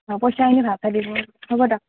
অঁ পইচাখিনি ভালকৈ দিব আৰু হ'ব দক